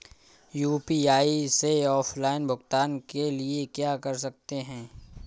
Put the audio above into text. UPI से offline भुगतान के लिए क्या कर सकते हैं?